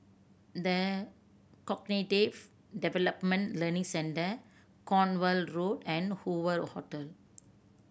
The Cognitive Development Learning Centre Cornwall Road and Hoover Hotel